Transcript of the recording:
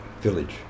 Village